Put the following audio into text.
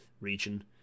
region